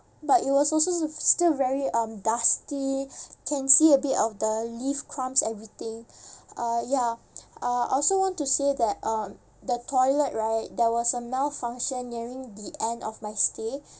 but it was also still very um dusty can see a bit of the leaf crumbs everything uh ya uh I also want to say that um the toilet right there was a malfunction nearing the end of my stay